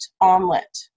omelet